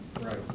Right